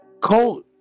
cole